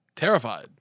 Terrified